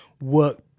work